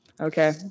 Okay